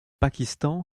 pakistan